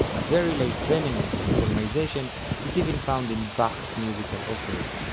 a very late reminisce of solmization is even found in bach's musical offering,